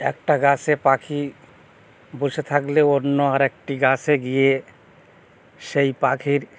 একটা গাছে পাখি বসে থাকলে অন্য আরেকটি গাছে গিয়ে সেই পাখির